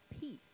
peace